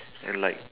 and like